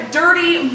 dirty